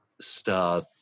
start